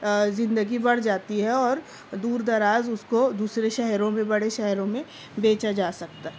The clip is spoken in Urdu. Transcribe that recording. زندگی بڑھ جاتی ہے اور دور دراز اس کو دوسرے شہروں میں بڑے شہروں میں بیچا جا سکتا ہے